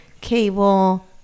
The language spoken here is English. cable